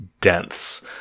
dense